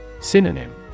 Synonym